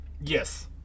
Yes